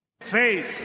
face